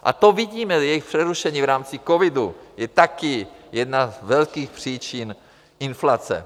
A to vidíme, jejich přerušení v rámci covidu je taky jedna z velkých příčin inflace.